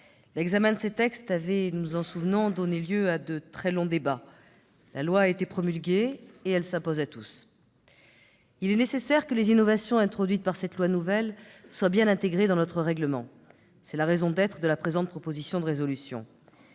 L'examen de ces textes a donné lieu à de très longs débats. La loi a été promulguée, et elle s'impose à tous. Il est nécessaire que les innovations introduites par cette législation nouvelle soient bien intégrées dans notre règlement. C'est la raison d'être de la présente proposition de résolution.